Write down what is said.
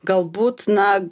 galbūt na